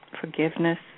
forgiveness